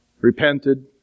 repented